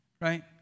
right